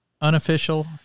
Unofficial